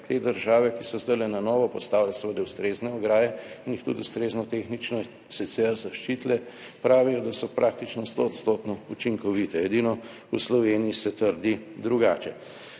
te države, ki so zdaj na novo postavile seveda ustrezne ograje in jih tudi ustrezno tehnično sicer zaščitile, pravijo, da so praktično 100 % učinkovite, edino v Sloveniji se trdi drugače.